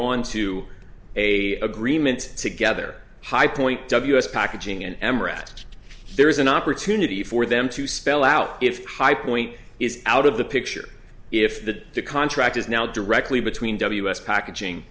on to a agreement together highpoint ws packaging and m rest there is an opportunity for them to spell out if high point is out of the picture if the contract is now directly between ws packaging